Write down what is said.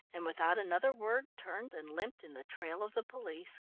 and without another word, turned and limped in the trail of the police.